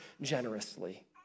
generously